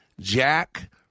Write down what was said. Jack